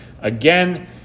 again